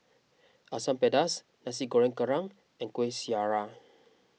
Asam Pedas Nasi Goreng Kerang and Kuih Syara